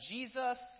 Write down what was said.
Jesus